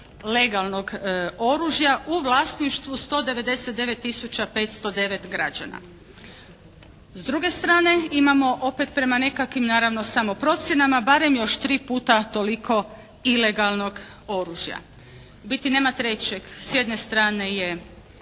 legalnog oružja, u vlasništvu 199 tisuća 509 građana. S druge strane imamo opet prema nekakvim naravno samo procjenama barem još tri puta toliko ilegalnog oružja. U biti nema trećeg. S jedne strane je